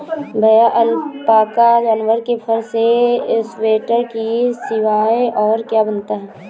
भैया अलपाका जानवर के फर से स्वेटर के सिवाय और क्या बनता है?